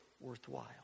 worthwhile